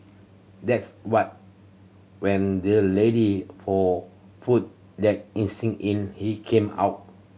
that's why when the lady for food the instinct in him came out